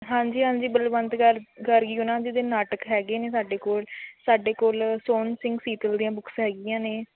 ਹਾਂਜੀ ਹਾਂਜੀ ਬਲਵੰਤ ਗਾਰ ਗਾਰਗੀ ਉਹਨਾਂ ਜੀ ਦੇ ਨਾਟਕ ਹੈਗੇ ਨੇ ਸਾਡੇ ਕੋਲ ਸਾਡੇ ਕੋਲ ਸੋਹਨ ਸਿੰਘ ਸ਼ੀਤਲ ਦੀਆਂ ਬੁੱਕਸ ਹੈਗੀਆਂ ਨੇ